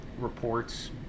reports